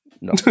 no